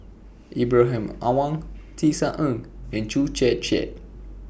Ibrahim Awang Tisa Ng and Chew Chiat Chiat